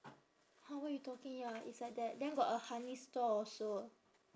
!huh! what you talking ya it's like that then got a honey store also